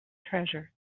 treasure